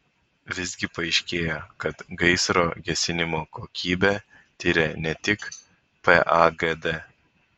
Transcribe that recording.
visgi paaiškėjo kad gaisro gesinimo kokybę tiria ne tik pagd